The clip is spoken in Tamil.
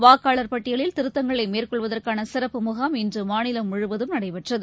வாக்காளர் பட்டியலில் திருத்தங்களை மேற்கொள்வதற்கான சிறப்பு முகாம் இன்று மாநிலம் முழுவதும் நடைபெற்றது